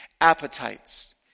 appetites